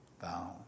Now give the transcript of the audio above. bound